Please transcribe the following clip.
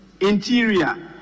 Interior